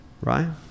right